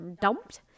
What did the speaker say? dumped